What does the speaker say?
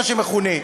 מה שמכונה.